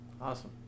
Awesome